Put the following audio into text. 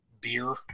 beer